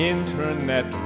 Internet